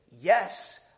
yes